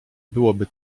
byłoby